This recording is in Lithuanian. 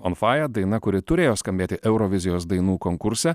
on fire daina kuri turėjo skambėti eurovizijos dainų konkurse